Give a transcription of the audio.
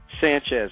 Sanchez